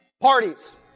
parties